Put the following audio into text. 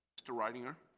mr. reitinger